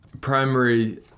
primary